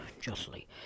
justly